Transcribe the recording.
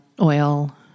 oil